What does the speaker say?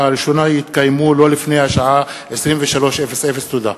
ראשונה יתקיימו לא לפני 23:00. תודה.